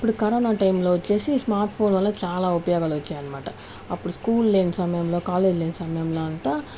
ఇప్పుడు కరోనా టైంలో వచ్చేసి స్మార్ట్ ఫోన్ల వల్ల చాలా ఉపయోగాలు వచ్చాయన్నమాట అప్పుడు స్కూల్ లేని సమయంలో కాలేజీ లేని సమయంలో అంతా